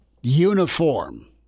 uniform